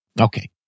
Okay